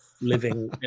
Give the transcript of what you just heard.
living